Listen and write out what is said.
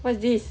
what's this